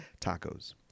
tacos